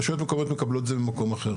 רשויות מקומיות מקבלות את זה ממקום אחר,